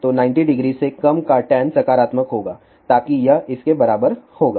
तो 900 से कम का टैन सकारात्मक होगा ताकि यह इसके बराबर होगा